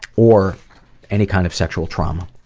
or any kind of sexual trauma.